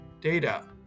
data